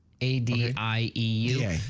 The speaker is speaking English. A-D-I-E-U